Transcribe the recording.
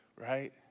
right